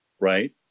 Right